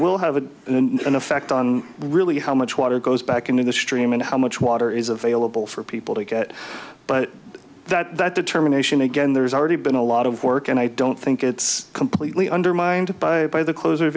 will have a and effect on really how much water goes back into the stream and how much water is available for people to get but that determination again there's already been a lot of work and i don't think it's completely undermined by a by the close